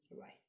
Right